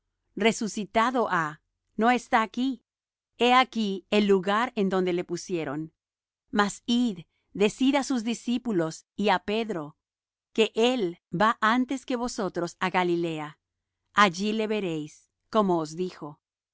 resucitado há no está aquí he aquí el lugar en donde le pusieron mas id decid á sus discípulos y á pedro que él va antes que vosotros á galilea allí le veréis como os dijo